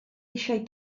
eisiau